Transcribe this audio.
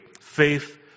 faith